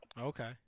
Okay